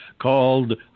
called